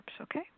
okay